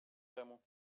temu